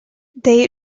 they